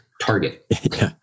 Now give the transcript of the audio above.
target